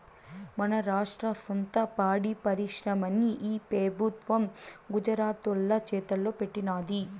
మన రాష్ట్ర సొంత పాడి పరిశ్రమని ఈ పెబుత్వం గుజరాతోల్ల చేతల్లో పెట్టినాది